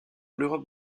l’europe